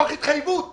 תוך התחייבות